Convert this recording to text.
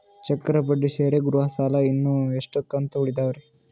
ಚಕ್ರ ಬಡ್ಡಿ ಸೇರಿ ಗೃಹ ಸಾಲ ಇನ್ನು ಎಷ್ಟ ಕಂತ ಉಳಿದಾವರಿ?